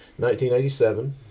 1987